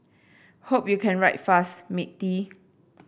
hope you can write fast matey